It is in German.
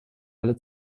alle